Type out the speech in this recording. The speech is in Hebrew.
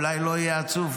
אולי לא יהיה עצוב.